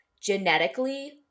genetically